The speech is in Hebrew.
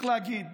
וצריך להגיד,